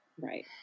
right